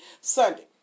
Sunday